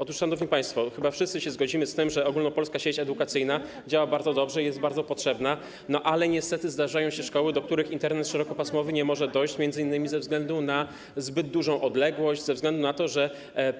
Otóż, szanowni państwo, chyba wszyscy się zgodzimy z tym, że Ogólnopolska Sieć Edukacyjna działa bardzo dobrze i jest bardzo potrzebna, ale niestety zdarzają się szkoły, do których Internet szerokopasmowy nie może dojść, m.in. ze względu na zbyt dużą odległość, ze względu na to, że